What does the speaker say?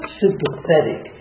sympathetic